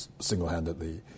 single-handedly